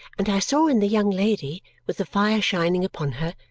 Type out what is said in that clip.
and i saw in the young lady, with the fire shining upon her,